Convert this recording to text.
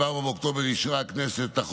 ב-24 באוקטובר אישרה הכנסת את החוק